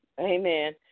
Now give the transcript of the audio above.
Amen